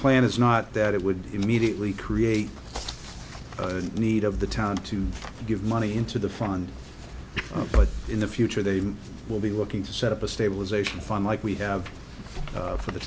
plan is not that it would immediately create a need of the town to give money into the fund but in the future they will be looking to set up a stabilization fund like we have for the